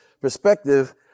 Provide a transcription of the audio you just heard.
perspective